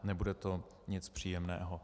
Nebude to nic příjemného.